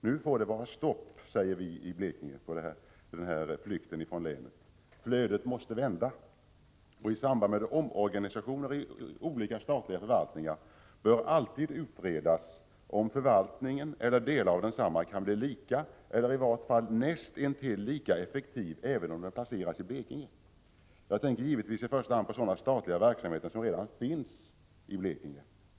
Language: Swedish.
Nu får det vara stopp med den här flykten ifrån länet, säger vi i Blekinge. Flödet måste vända. I samband med omorganisationer inom olika statliga förvaltningar bör alltid utredas om förvaltningen eller delar av densamma kan bli lika effektiv eller i vart fall näst intill lika effektiv även om den är placerad i Blekinge. Jag tänker givetvis i första hand på sådana statliga verksamheter som redan är etablerade i Blekinge.